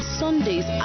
sundays